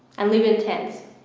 and live in tents,